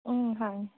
ꯎꯝ ꯍꯥꯡꯏ